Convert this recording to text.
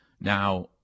Now